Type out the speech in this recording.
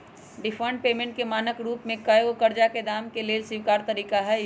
deferred payment के मानक के रूप में एगो करजा के दाम के लेल स्वीकार तरिका हइ